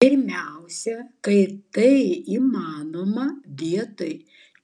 pirmiausia kai tai įmanoma vietoj